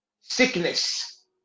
sickness